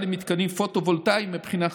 למתקנים פוטו-וולטאיים מבחינה חשמלית.